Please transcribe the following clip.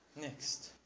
Next